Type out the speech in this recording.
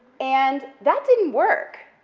and that didn't work,